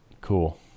cool